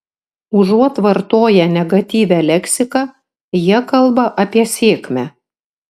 užuot vartoję negatyvią leksiką jie kalba apie sėkmę